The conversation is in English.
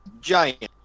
giant